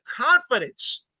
confidence